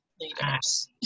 leaders